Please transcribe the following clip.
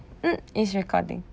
mm it's recording